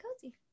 cozy